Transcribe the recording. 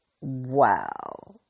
wow